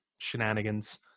shenanigans